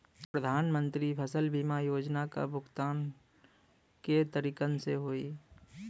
प्रधानमंत्री फसल बीमा योजना क भुगतान क तरीकाका ह?